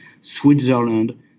Switzerland